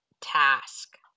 task